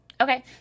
Okay